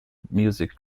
music